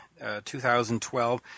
2012